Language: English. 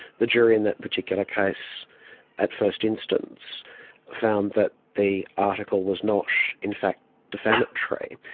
the jury in that particular case at first instance found that the article was not in fact defamatory.